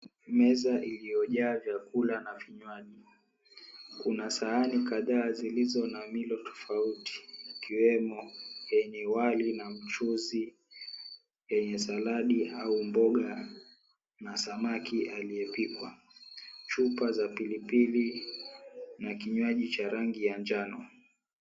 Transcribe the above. Meza iliyojaa vyakula na vinywaji kuna sahani kadhaa zilizo na milo tofauti ikiwemo yenye wali na mchuzi, yenye saladi au mboga na samaki aliyepikwa, chupa za pilipili na kinywaji ya rangi ya njano.